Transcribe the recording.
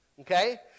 Okay